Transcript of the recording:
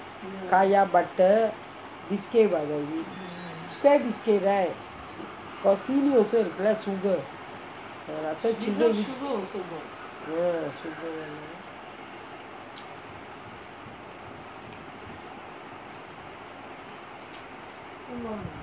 kaya butter biscuit square biscuit right or சீனி:seeni also இருக்குமே:irukkumae sugar oh